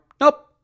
Nope